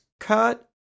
cut